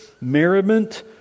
merriment